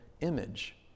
image